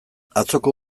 atzoko